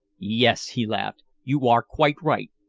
yes, he laughed, you are quite right.